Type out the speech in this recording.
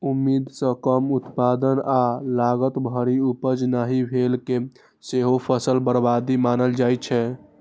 उम्मीद सं कम उत्पादन आ लागत भरि उपज नहि भेला कें सेहो फसल बर्बादी मानल जाइ छै